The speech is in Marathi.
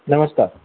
नमस्कार